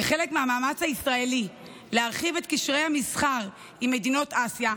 כחלק מהמאמץ הישראלי להרחיב את קשרי המסחר עם מדינות אסיה,